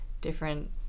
different